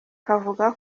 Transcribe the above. kavuga